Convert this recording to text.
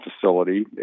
facility